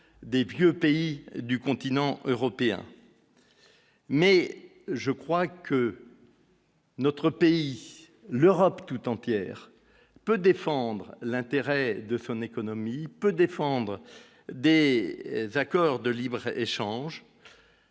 des vieux pays du continent européen, mais je crois que. Notre pays, l'Europe toute entière peut défendre l'intérêt de son économie peut défendre dès les accords de libre-échange.